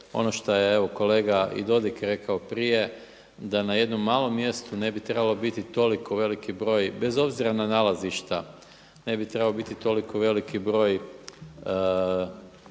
ono šta je evo kolega i Dodig rekao prije da na jednom malom mjestu ne bi trebao biti toliko veliki broj bez obzira na nalazišta, ne bi trebao biti toliko veliki broj